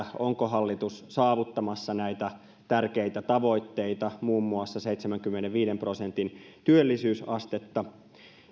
onko hallitus saavuttamassa näitä tärkeitä tavoitteita muun muassa seitsemänkymmenenviiden prosentin työllisyysastetta